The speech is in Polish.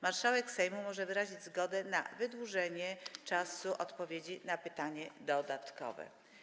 Marszałek Sejmu może wyrazić zgodę na wydłużenie czasu odpowiedzi na pytanie dodatkowe.